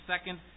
second